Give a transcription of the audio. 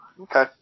Okay